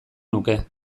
nuke